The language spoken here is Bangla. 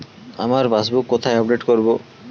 আমার পাসবুক কোথায় আপডেট করব?